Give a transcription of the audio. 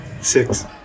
Six